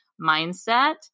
mindset